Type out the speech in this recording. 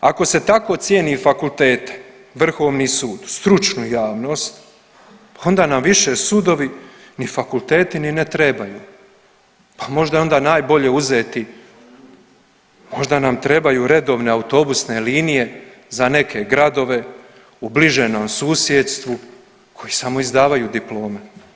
Ako se tako cijeni fakultete, Vrhovni sud, stručnu javnost onda više sudovi ni fakulteti ni ne trebaju, pa možda je onda najbolje uzeti, možda nam trebaju redovne autobusne linije za neke gradove u bližem nam susjedstvu koji samo izdavaju diplome.